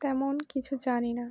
তেমন কিছু জানি না